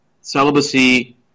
celibacy